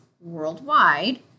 worldwide